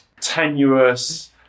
Tenuous